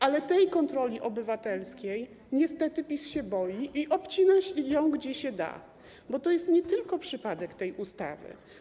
Ale kontroli obywatelskiej niestety PiS się boi i obcina ją, gdzie się da, bo to jest nie tylko przypadek tej ustawy.